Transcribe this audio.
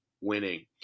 winning